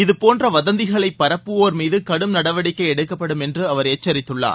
இதுபோன்ற வதந்திகளை பரப்புவோர் மீது கடும் நடவடிக்கை எடுக்கப்படும் என்று அவர் எச்சரித்துள்ளார்